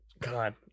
god